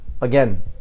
Again